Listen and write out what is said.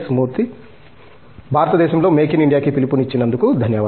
మూర్తి భారతదేశంలో "make in India" కి పిలుపునిచ్చినందుకు ధన్యవాదాలు